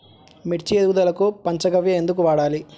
మిర్చి ఎదుగుదలకు పంచ గవ్య ఎందుకు వాడాలి?